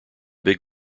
big